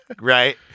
right